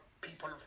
people